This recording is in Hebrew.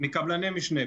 מקבלני משנה,